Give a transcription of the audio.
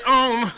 on